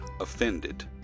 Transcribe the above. offended